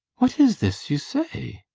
what is this you say!